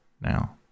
Now